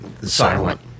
Silent